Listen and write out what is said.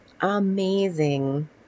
amazing